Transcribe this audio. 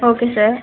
okay sir